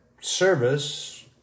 service